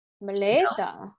Malaysia